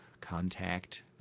contact